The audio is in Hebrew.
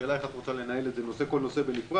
השאלה איך את רוצה לנהל את זה, כל נושא בנפרד?